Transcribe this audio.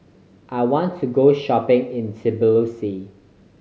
I want to go shopping in Tbilisi